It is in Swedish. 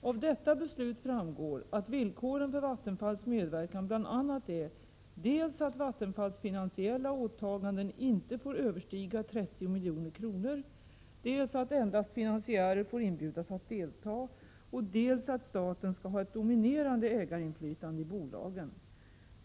Av detta beslut framgår att villkoren för Vattenfalls medverkan bl.a. är dels att Vattenfalls finansiella åtaganden inte får överstiga 30 milj.kr., dels att endast svenska finansiärer får inbjudas att delta, dels att staten skall ha ett dominerande ägarinflytande i bolagen.